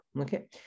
okay